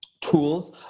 tools